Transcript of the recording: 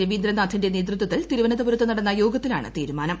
രവീന്ദ്രനാഥിന്റെ നേതൃത്വത്തിൽ തിരുവനന്തപുരത്ത് നടന്ന യോഗത്തിലാണ് തീരുമാനം